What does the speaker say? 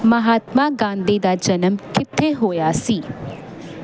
ਮਹਾਤਮਾ ਗਾਂਧੀ ਦਾ ਜਨਮ ਕਿੱਥੇ ਹੋਇਆ ਸੀ